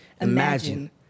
Imagine